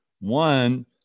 One